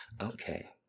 Okay